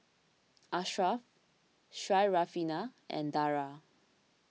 Ashraf Syarafina and Dara